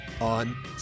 on